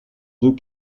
deux